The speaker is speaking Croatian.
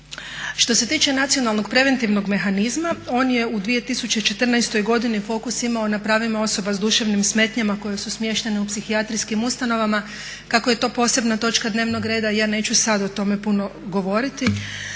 Što se tiče nacionalnog preventivnog mehanizma on je u 2014.godini fokus imao na pravima osoba s duševnim smetnjama koje su smještene u psihijatrijskim ustanovama, kako je to posebna točka dnevnog reda ja neću sada o tome puno govoriti.